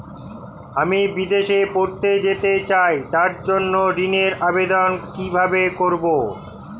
আমি বিদেশে পড়তে যেতে চাই তার জন্য ঋণের আবেদন কিভাবে করব?